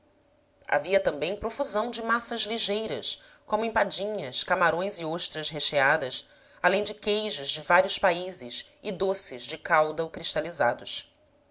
havia também profusão de massas ligeiras como empa dinhas camarões e ostras recheadas além de queijos de vários países e doces de calda ou cristalizados